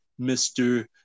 Mr